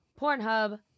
Pornhub